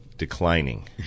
Declining